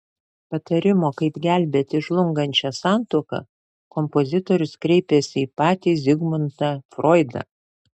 patarimo kaip gelbėti žlungančią santuoką kompozitorius kreipėsi į patį zigmundą froidą